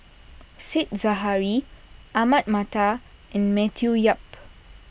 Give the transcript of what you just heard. Said Zahari Ahmad Mattar and Matthew Yap